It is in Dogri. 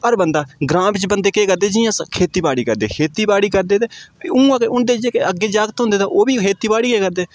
हर बंदा ग्रांऽ बिच बंदे केह् करदे जि'यां खेती बाड़ी करदे खेती बाड़ी करदे ते उ'आं गै उं'दे जेह्के अग्गें जागत् होंदे ते ओह् बी खेती बाड़ी गै करदे